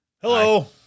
Hello